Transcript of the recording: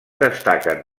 destaquen